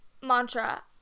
mantra